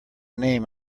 name